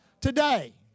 today